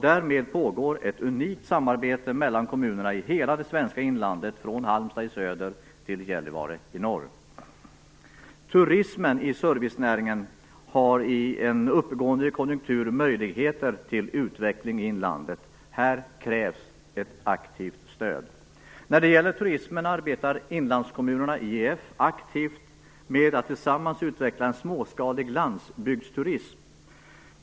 Därmed pågår ett unikt samarbete mellan kommunerna i hela det svenska inlandet från Halmstad i söder till Turismen i servicenäringen har i en uppgående konjunktur möjligheter till utveckling i inlandet. Här krävs ett aktivt stöd. När det gäller turismen arbetar IEF, Inlandskommunerna, aktivt med att tillsammans utveckla en småskalig landsbygdsturism.